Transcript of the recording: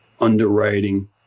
underwriting